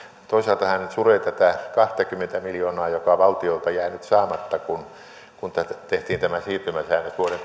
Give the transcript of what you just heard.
toisaalta hän nyt suree tätä kahtakymmentä miljoonaa joka valtiolta jää nyt saamatta kun kun tehtiin nämä siirtymäsäännöt vuoden